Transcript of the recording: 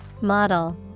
Model